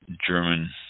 German